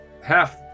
half